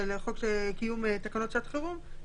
לחוק קיום תקנות שעת חירום,